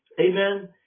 Amen